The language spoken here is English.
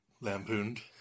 lampooned